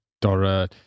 Dora